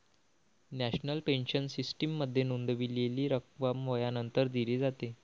national pension सिस्टीममध्ये नोंदवलेली रक्कम वयानंतर दिली जाते